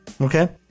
Okay